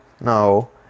no